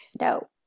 No